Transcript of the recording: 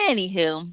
Anywho